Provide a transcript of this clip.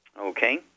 okay